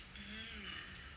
hmm